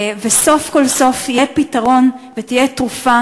וסוף-סוף יהיה פתרון ותהיה פשוט תרופה